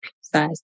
size